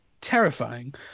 terrifying